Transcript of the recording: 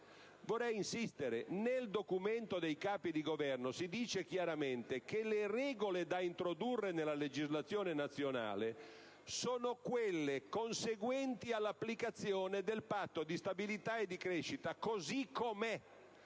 fissati. Infatti nel documento dei Capi di Stato e di Governo si dice chiaramente che le regole da introdurre nella legislazione nazionale sono quelle conseguenti all'applicazione del Patto di stabilità e crescita così com'è.